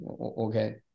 okay